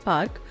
Park